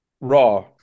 Raw